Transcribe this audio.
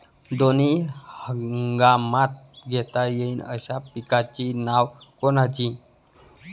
दोनी हंगामात घेता येईन अशा पिकाइची नावं कोनची?